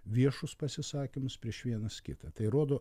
viešus pasisakymus prieš vienas kitą tai rodo